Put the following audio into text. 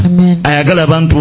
Amen